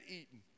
eaten